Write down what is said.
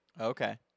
Okay